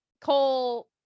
Cole